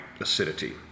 acidity